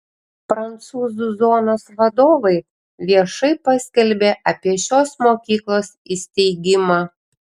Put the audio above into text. prancūzų zonos vadovai viešai paskelbė apie šios mokyklos įsteigimą